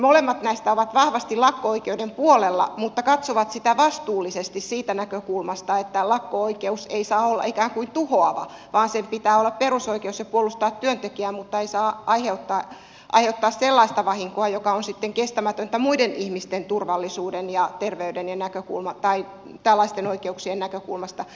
molemmat näistä ovat vahvasti lakko oikeuden puolella mutta katsovat sitä vastuullisesti siitä näkökulmasta että lakko oikeus ei saa olla ikään kuin tuhoava vaan sen pitää olla perusoikeus ja puolustaa työntekijää mutta ei saa aiheuttaa sellaista vahinkoa joka on sitten kestämätöntä muiden ihmisten turvallisuuden ja terveyden tai tällaisten oikeuksien näkökulmasta